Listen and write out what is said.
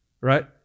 right